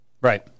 Right